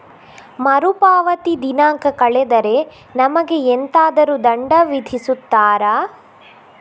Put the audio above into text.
ಮರುಪಾವತಿ ದಿನಾಂಕ ಕಳೆದರೆ ನಮಗೆ ಎಂತಾದರು ದಂಡ ವಿಧಿಸುತ್ತಾರ?